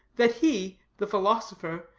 that he, the philosopher,